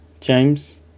James